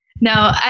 No